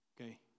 Okay